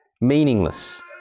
meaningless